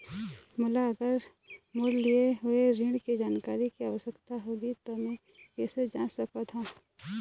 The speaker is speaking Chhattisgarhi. मोला अगर मोर लिए हुए ऋण के जानकारी के आवश्यकता होगी त मैं कैसे जांच सकत हव?